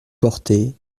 porté